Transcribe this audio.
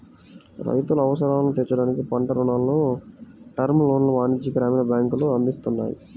రైతుల అవసరాలను తీర్చడానికి పంట రుణాలను, టర్మ్ లోన్లను వాణిజ్య, గ్రామీణ బ్యాంకులు అందిస్తున్నాయి